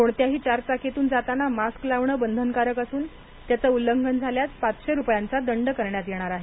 कोणत्याही चार चाकी तून जाताना मास्क लावणं बंधनकारक असून त्याचं उल्लंघन झाल्यास पाचशे रुपयांचा दंड करण्यात येणार आहे